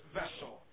vessel